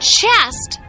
chest